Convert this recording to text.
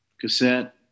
cassette